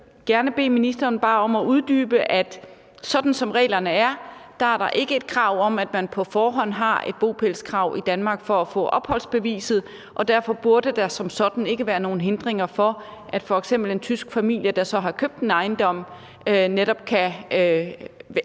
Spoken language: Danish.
jeg vil gerne bede ministeren om at uddybe, at sådan som reglerne er, er der ikke et krav om, at man på forhånd har et bopælskrav i Danmark for at få opholdsbeviset, og derfor burde der som sådan ikke være nogen hindringer for, at f.eks. en tysk familie, der så har købt en ejendom, kan